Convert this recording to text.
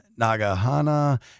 Nagahana